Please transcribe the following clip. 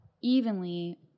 evenly